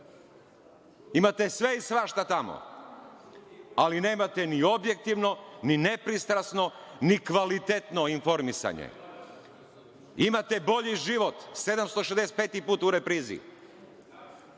Imate sve i svašta tamo, ali nemate ni objektivno, ni nepristrasno, ni kvalitetno informisanje. Imate „Bolji život“ 765. put u reprizi.